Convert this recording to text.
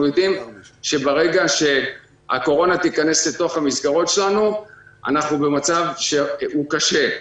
אנחנו יודעים שברגע שהקורונה תיכנס אל תוך המסגרות שלנו נהיה במצב קשה.